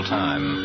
time